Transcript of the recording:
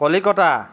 Kolkata